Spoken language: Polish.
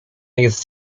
jest